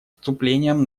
вступлением